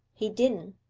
he didn't.